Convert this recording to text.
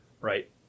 Right